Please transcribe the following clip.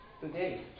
today